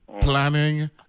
Planning